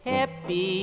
Happy